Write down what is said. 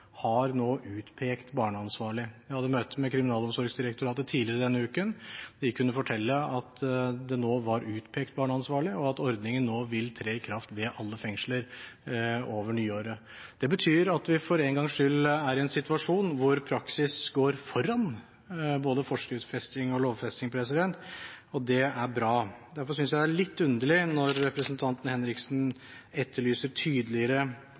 nå har utpekt barneansvarlig. Jeg hadde møte med Kriminalomsorgsdirektoratet tidligere denne uken. De kunne fortelle at det nå var utpekt barneansvarlig, og at ordningen vil tre i kraft ved alle fengsler over nyttår. Det betyr at vi for en gangs skyld er i en situasjon hvor praksis går foran både forskriftsfesting og lovfesting, og det er bra. Derfor synes jeg det er litt underlig når representanten Henriksen etterlyser tydeligere